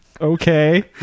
okay